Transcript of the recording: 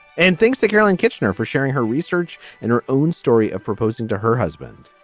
and thanks to carolyn kitchener for sharing her research and her own story of proposing to her husband.